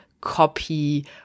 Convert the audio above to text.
copy